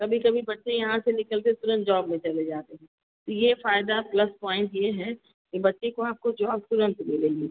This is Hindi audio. कभी कभी बच्चें यहाँ से निकलकर तुरंत जॉब में चले जाते है तो यह फ़ायदा प्लस पॉइंट यह हैं कि बच्चे को आपको जॉब तुरंत मिलेगी